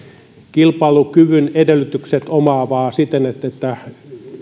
kilpailukyvyn edellytykset omaavaa siten että että